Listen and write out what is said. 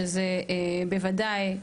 שזה בוודאי,